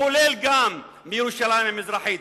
כולל גם מירושלים המזרחית.